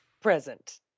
Present